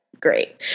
Great